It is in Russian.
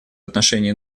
отношении